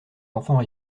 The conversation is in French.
enfants